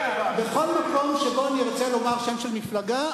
בכל מקום שבו אני ארצה לומר שם של מפלגה,